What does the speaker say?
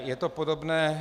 Je to podobné.